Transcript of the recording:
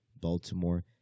Baltimore